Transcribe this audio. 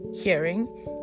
hearing